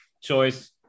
choice